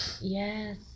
Yes